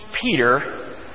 Peter